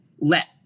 let